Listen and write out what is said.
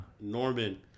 Norman